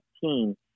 team